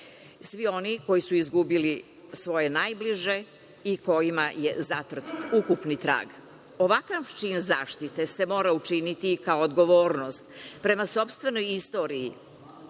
svi oni koji su izgubili svoje najbliže i kojima je zatret ukupni trag. Ovakav čin zaštite se mora učiniti kao odgovornost prema sopstvenoj istoriji,